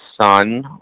son